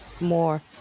more